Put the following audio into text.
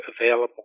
available